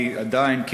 כי עדיין,